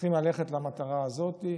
צריכים ללכת למטרה הזאת.